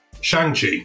Shang-Chi